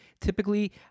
Typically